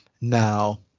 now